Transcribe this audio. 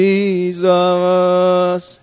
Jesus